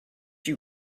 you